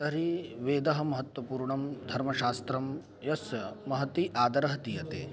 तर्हि वेदः महत्वपूर्णं धर्मशास्त्रं यस्य महती आधरः दीयते